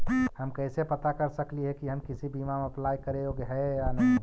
हम कैसे पता कर सकली हे की हम किसी बीमा में अप्लाई करे योग्य है या नही?